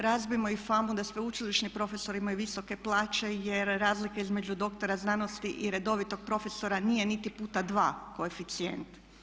Razbijmo i famu da sveučilišni profesori imaju visoke plaće jer razlika između doktora znanosti i redovitog profesora nije niti x2 koeficijent.